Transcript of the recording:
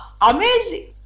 Amazing